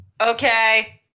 Okay